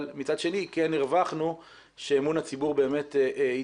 אבל מצד שני כן הרווחנו שאמון הציבור כן התחזק